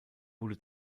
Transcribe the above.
wurde